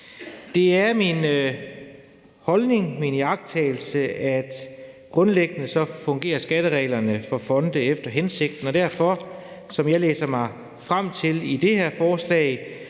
Det er min holdning og min iagttagelse, at skattereglerne for fonde grundlæggende fungerer efter hensigten, og derfor, som jeg læser mig frem til i det her forslag,